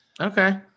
okay